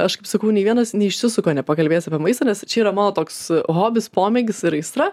aš kaip sakau nei vienas neišsisuka nepakalbėjęs apie maistą nes čia yra mano toks hobis pomėgis ir aistra